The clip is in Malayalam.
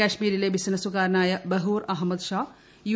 കശ്മീരിലെ ബിസിനസുകാരനായ ബഹൂർ അഹമദ് ഷാ യു